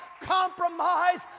compromise